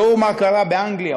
ראו מה קרה באנגליה,